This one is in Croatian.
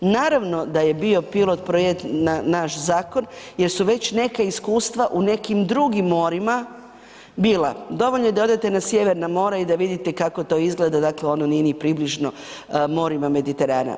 Naravno da je bio pilot projekt na naš zakon jer su već neka iskustva u nekim drugim morima bila dovoljno da odete na sjeverna mora i da vidite kako to izgleda, dakle ono nije ni približno morima Mediterana.